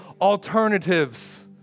alternatives